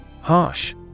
Harsh